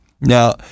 Now